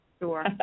Sure